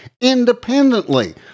independently